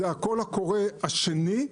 זה הקול הקורא השני.